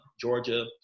Georgia